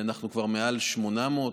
אנחנו כבר מעל 800,